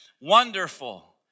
Wonderful